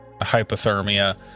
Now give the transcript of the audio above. hypothermia